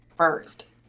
first